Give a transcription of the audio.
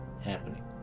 happening